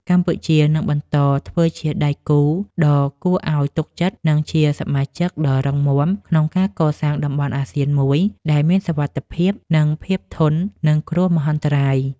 កម្ពុជានឹងបន្តធ្វើជាដៃគូដ៏គួរឱ្យទុកចិត្ត និងជាសមាជិកដ៏រឹងមាំក្នុងការកសាងតំបន់អាស៊ានមួយ ដែលមានសុវត្ថិភាព និងភាពធន់នឹងគ្រោះមហន្តរាយ។